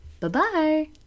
Bye-bye